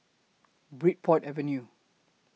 Bridport Avenue